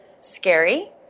scary